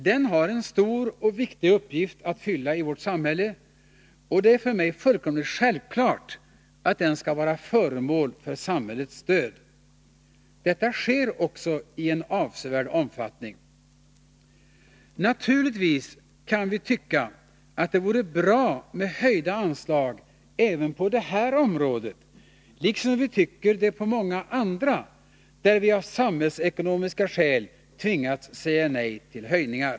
Den har en stor och viktig uppgift att fylla i vårt samhälle, och det är för mig fullkomligt självklart att den skall vara föremål för samhällets stöd. Detta sker också i avsevärd omfattning. Naturligtvis kan vi tycka att det vore bra med höjda anslag även på det här området liksom vi tycker det på så många andra områden, där vi av samhällsekonomiska skäl har tvingats säga nej till höjningar.